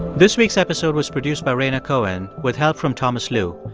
this week's episode was produced by rhaina cohen with help from thomas lu.